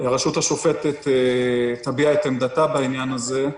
הרשות השופטת תביע את עמדתה בעניין הזה,